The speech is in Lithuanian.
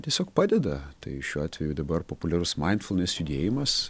tiesiog padeda tai šiuo atveju dabar populiarus maindfunes judėjimas